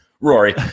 Rory